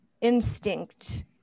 instinct